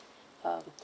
uh